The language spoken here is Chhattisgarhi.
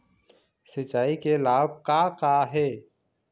सिचाई के लाभ का का हे?